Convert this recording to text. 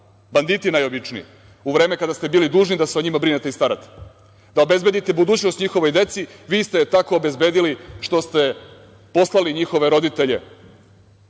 Banditi najobičniji, u vreme kada ste bili da se o njima brinete i starate, da obezbedite budućnost njihovoj deci, vi ste tako obezbedili što ste poslali njihove roditelje